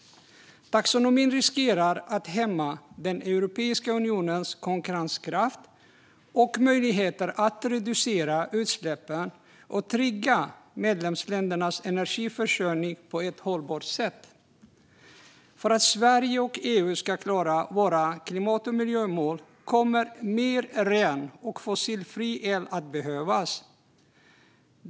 Taxonomin riskerar att hämma Europeiska unionens konkurrenskraft och möjligheter att reducera utsläppen och trygga medlemsländernas energiförsörjning på ett hållbart sätt. För att vi i Sverige och EU ska klara våra klimat och miljömål kommer mer ren och fossilfri el att behövas.